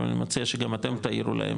אבל אני מציע שגם אתם תעירו להם.